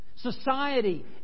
Society